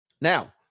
now